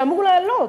וזה אמור לעלות,